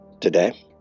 today